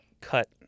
cut